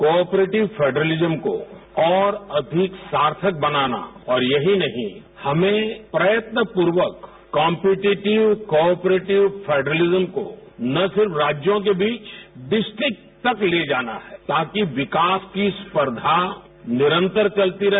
cooperative federalism को और अधिक सार्थक बनाना और यही नहीं हमें प्रयत्नपूर्वक कॉम्पेटिटिव कॉपरेटिव फेडेरलिज्म को न सिर्फ राज्यों के बीच डिस्ट्रिक तक ले जाना है ताकि विकास की स्पर्धा निरंतर चलती रहे